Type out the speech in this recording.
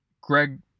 Greg